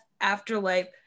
afterlife